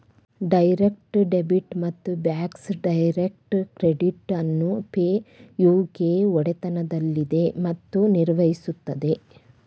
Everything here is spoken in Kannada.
ಡೈರೆಕ್ಟ್ ಡೆಬಿಟ್ ಮತ್ತು ಬ್ಯಾಕ್ಸ್ ಡೈರೆಕ್ಟ್ ಕ್ರೆಡಿಟ್ ಅನ್ನು ಪೇ ಯು ಕೆ ಒಡೆತನದಲ್ಲಿದೆ ಮತ್ತು ನಿರ್ವಹಿಸುತ್ತದೆ